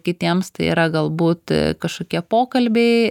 kitiems tai yra galbūt kažkokie pokalbiai